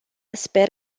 sper